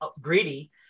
greedy